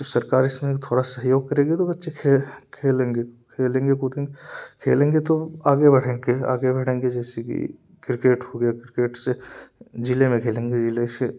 सरकार इसमें थोड़ा सहयोग करेगी तो बच्चे ये खेलेंगे खेलेंगे कूदंगे खेलेंगे तो आगे बढ़ेंगे आगे बढ़ेंगे जैसे की क्रिकेट हो गया क्रिकेट से जिले में खेलेंगे जिले से